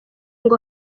ngo